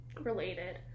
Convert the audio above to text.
related